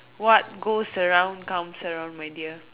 what goes around comes around my dear